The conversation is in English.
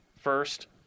first